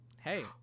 hey